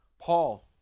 Paul